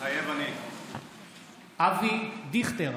מתחייב אני אבי דיכטר,